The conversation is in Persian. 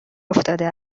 افتاده